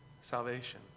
salvation